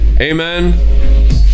Amen